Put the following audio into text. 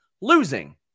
losing